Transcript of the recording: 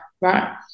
right